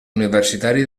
universitari